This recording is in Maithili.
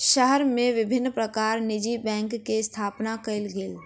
शहर मे विभिन्न प्रकारक निजी बैंक के स्थापना कयल गेल